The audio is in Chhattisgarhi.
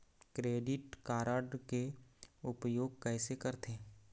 क्रेडिट कारड के उपयोग कैसे करथे?